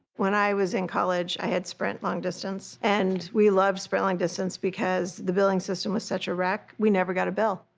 when i was in college i had sprint long distance and we loved sprint long distance because the billing system was such a wreck we never got a bill.